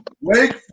Wake